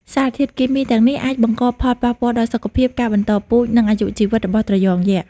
សារធាតុគីមីទាំងនេះអាចបង្កផលប៉ះពាល់ដល់សុខភាព ការបន្តពូជ និងអាយុជីវិតរបស់ត្រយងយក្ស។